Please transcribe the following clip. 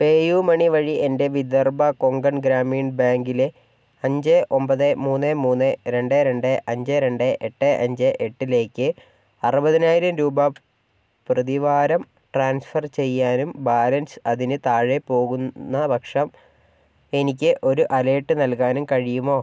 പേയുമണി വഴി എൻ്റെ വിദർഭ കൊങ്കൺ ഗ്രാമീൺ ബാങ്കിലെ അഞ്ച് ഒൻപത് മൂന്ന് മൂന്ന് രണ്ട് രണ്ട് അഞ്ച് രണ്ട് എട്ട് അഞ്ച് എട്ടിലേക്ക് അറുപതിനായിരം രൂപ പ്രതിവാരം ട്രാൻസ്ഫർ ചെയ്യാനും ബാലൻസ് അതിന് താഴെ പോകുന്ന പക്ഷം എനിക്ക് ഒരു അലേർട്ട് നൽകാനും കഴിയുമോ